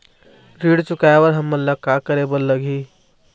ऋण चुकाए बर हमन ला का करे बर लगही?